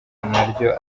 naryo